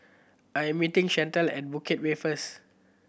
I am meeting Chantelle at Bukit Way first